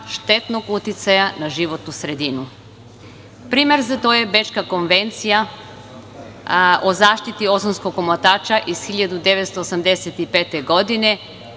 štetnog uticaja na životnu sredinu. Primer za to je Bečka konvencija, o zaštiti ozonskog omotača iz 1985. godine,